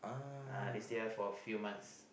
uh they still have for few months